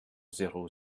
zéro